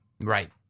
Right